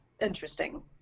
interesting